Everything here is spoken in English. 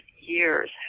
years